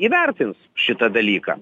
įvertins šitą dalyką